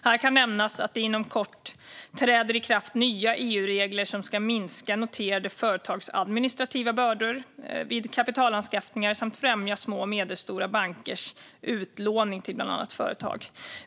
Här kan nämnas att det inom kort träder i kraft nya EU-regler som ska minska noterade företags administrativa bördor vid kapitalanskaffningar samt främja små och medelstora bankers utlåning till bland annat företag.